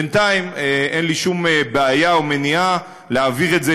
בינתיים אין לי שום בעיה או מניעה להעביר את זה